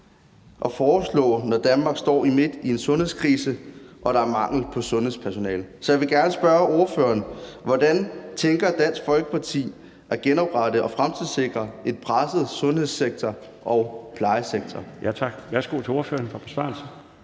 at foreslå, når Danmark står midt i en sundhedskrise og der er mangel på sundhedspersonale. Så vil jeg gerne spørge ordføreren, hvordan Dansk Folkeparti tænker at man kan genoprette og fremtidssikre en presset sundhedssektor og plejesektor. Kl. 20:55 Den fg. formand